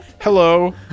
hello